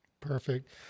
Perfect